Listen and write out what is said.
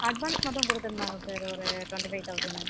advance மட்டும் கொடுத்துருந்தாங்க sir ஒரு டொண்ட்டி ஃபைவ் தெளசண்னு